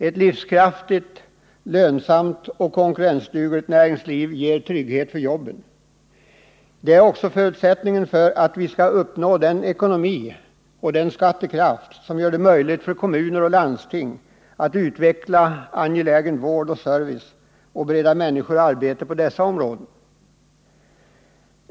Ett livskraftigt, lönsamt och konkurrensdugligt näringsliv ger trygghet i jobben. Det är också förutsättningen för att vi skall uppnå den ekonomi och skattekraft som gör det möjligt för kommuner och landsting att utveckla angelägen vård och service samt bereda människor arbeten på dessa områden.